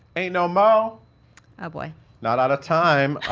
ain't no mo' oh boy not at a time.